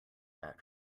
about